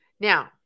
Now